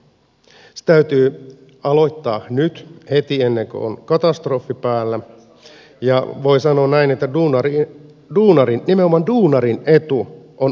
se täytyy aloittaa nyt heti ennen kuin on katastrofi päällä ja voi sanoa näin että duunarin nimenomaan duunarin etu on oma valuutta